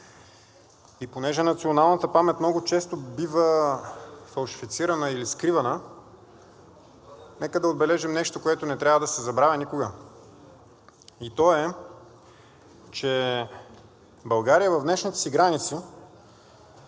и понеже националната памет много често бива фалшифицирана или скривана, нека да отбележим нещо, което не трябва да се забравя никога. И то е, че България в днешните си граници